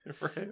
right